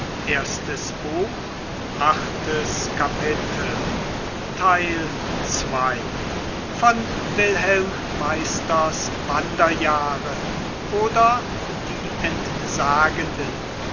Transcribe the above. goethe wilhelm meisters wanderjahre oder die entsagenden